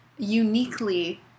Uniquely